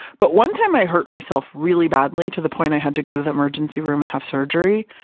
but one time i hurt myself really badly to the point i had to go to the emergency room and have surgery.